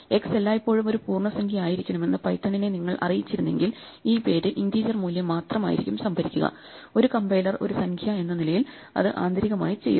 X എല്ലായ്പ്പോഴും ഒരു പൂർണ്ണസംഖ്യയായിരിക്കണമെന്നു പൈത്തണിനെ നിങ്ങൾ അറിയിച്ചിരുന്നെങ്കിൽ ഈ പേര് ഇന്റീജർ മൂല്യം മാത്രം ആയിരിക്കും സംഭരിക്കുക ഒരു കംപൈലർ ഒരു സംഖ്യ എന്ന നിലയിൽ അത് ആന്തരികമായി ചെയ്യും